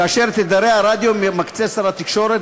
כאשר את תדרי הרדיו מקצה שר התקשורת,